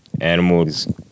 animals